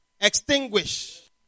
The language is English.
extinguish